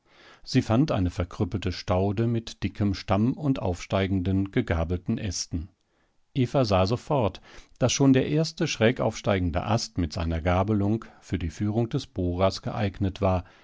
sie fand eine verkrüppelte staude mit dickem stamm und aufsteigenden gegabelten ästen eva sah sofort daß schon der erste schrägaufsteigende ast mit seiner gabelung für die führung des bohrers geeignet war